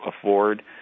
afford